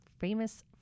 famous